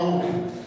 אוקיי.